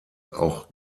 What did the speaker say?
auch